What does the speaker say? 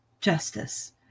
justice